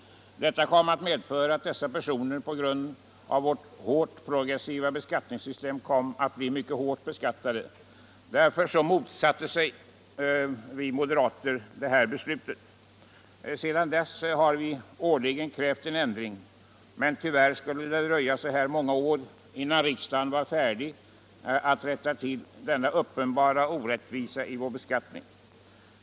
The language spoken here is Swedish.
Detta kom att medföra att sådana personer på grund av vårt starkt progressiva beskattningssystem blev mycket hårt beskattade. Därför motsatte vi moderater oss detta beslut. Sedan dess har vi årligen krävt en ändring, men tyvärr skulle det dröja så här många år innan riksdagen var färdig att rätta till denna uppenbara orättvisa i vår beskattning.